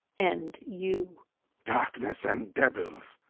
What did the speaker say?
and you darkness and devils!